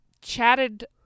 chatted